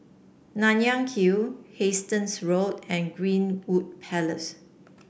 Nanyang Hill Hastings Road and Greenwood Palace